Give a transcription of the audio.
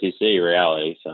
reality